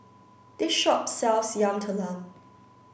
this shop sells Yam Talam